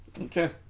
Okay